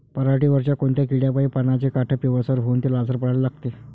पऱ्हाटीवर कोनत्या किड्यापाई पानाचे काठं पिवळसर होऊन ते लालसर पडाले लागते?